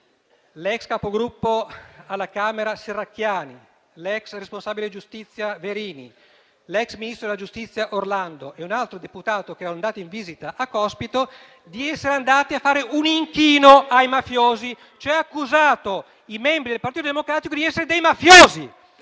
l'ex capogruppo alla Camera Serracchiani, l'ex responsabile giustizia del PD Verini, l'ex ministro della giustizia Orlando e un altro deputato che era con loro in visita a Cospito di essere andati a fare un inchino ai mafiosi. *(Commenti).* Ha quindi accusato i membri del Partito Democratico di essere dei mafiosi